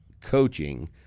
coaching